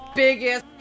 biggest